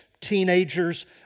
teenagers